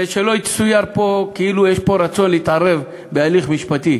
ושלא יצויר פה כאילו יש פה רצון להתערב בהליך משפטי,